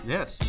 Yes